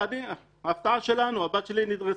ההפתעה שלנו, הבת שלי נדרסה,